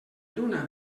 lluna